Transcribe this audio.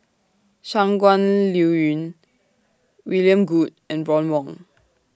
Shangguan Liuyun William Goode and Ron Wong